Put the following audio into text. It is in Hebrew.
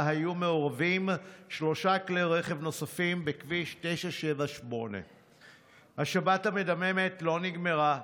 היו מעורבים שלושה כלי רכב נוספים בכביש 978. השבת המדממת לא נגמרה,